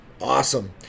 Awesome